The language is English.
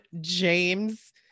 James